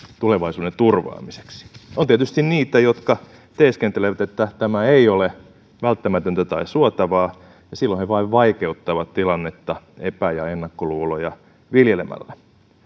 tulevaisuuden turvaamiseksi on tietysti niitä jotka teeskentelevät että tämä ei ole välttämätöntä tai suotavaa ja silloin he vain vaikeuttavat tilannetta epä ja ennakkoluuloja viljelemällä